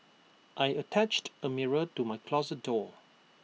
I attached A mirror to my closet door